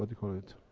but call it,